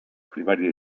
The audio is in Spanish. primaria